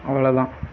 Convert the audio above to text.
அவ்வளோதான்